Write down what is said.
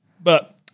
But-